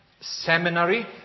seminary